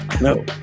no